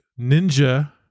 ninja